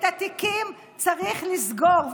את התיקים צריך לסגור.